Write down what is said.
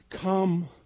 Come